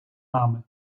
нами